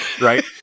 right